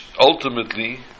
ultimately